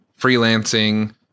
freelancing